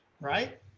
right